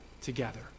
together